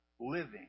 living